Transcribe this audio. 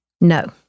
No